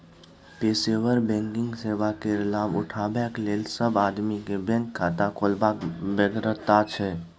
पेशेवर बैंकिंग सेवा केर लाभ उठेबाक लेल सब आदमी केँ बैंक खाता खोलबाक बेगरता छै